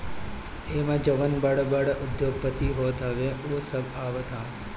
एमे जवन बड़ बड़ उद्योगपति होत हवे उ सब आवत हवन